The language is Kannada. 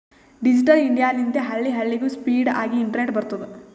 ಡಿಜಿಟಲ್ ಇಂಡಿಯಾ ಲಿಂತೆ ಹಳ್ಳಿ ಹಳ್ಳಿಗೂ ಸ್ಪೀಡ್ ಆಗಿ ಇಂಟರ್ನೆಟ್ ಬರ್ತುದ್